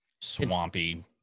swampy